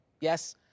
Yes